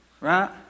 Right